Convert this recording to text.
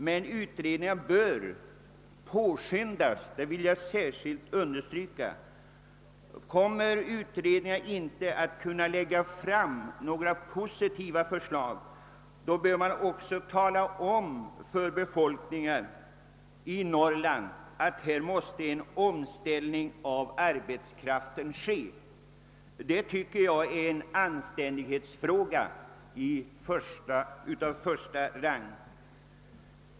Men utredningar bör påskyndas, det vill jag särskilt understryka. Om en utredning inte kommer att kunna lägga fram några positiva förslag, bör man också tala om för befolkningen i Norrland att en omställning av arbetskraften måste ske. Jag tycker detta är en anständighetsfråga av största rang.